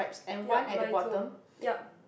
yup mine too yup